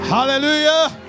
Hallelujah